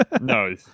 no